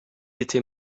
était